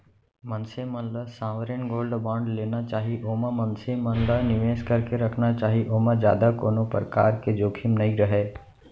मनसे मन ल सॉवरेन गोल्ड बांड लेना चाही ओमा मनसे मन ल निवेस करके रखना चाही ओमा जादा कोनो परकार के जोखिम नइ रहय